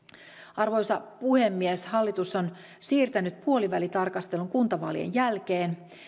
arvoisa puhemies hallitus on siirtänyt puolivälitarkastelun tapahtuvaksi kuntavaalien jälkeen